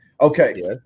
Okay